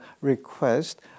request